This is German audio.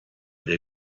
der